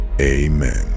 Amen